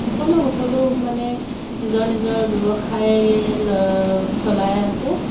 সকলো সকলো মানে নিজৰ নিজৰ ব্যৱসায় চলাই আছে